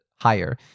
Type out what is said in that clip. higher